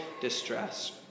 distress